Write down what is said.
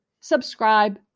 subscribe